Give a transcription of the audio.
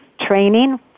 training